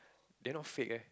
they not fake eh